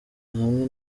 hamwe